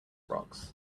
rocks